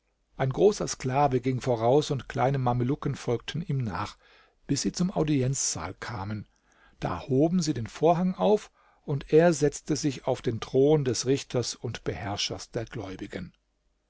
ein großer sklave ging voraus und kleine mamelucken folgten ihm nach bis sie zum audienzsaal kamen da hoben sie den vorhang auf und er setzte sich auf den thron des richters und beherrschers der gläubigen